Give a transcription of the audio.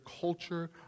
culture